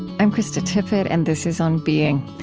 i'm krista tippett and this is on being.